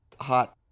hot